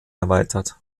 erweitert